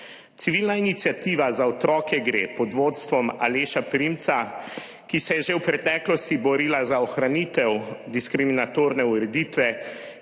Civilna iniciativa Za otroke gre pod vodstvom Aleša Primca, ki se je že v preteklosti borila za ohranitev diskriminatorne ureditve,